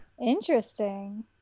interesting